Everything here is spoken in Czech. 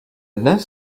dnes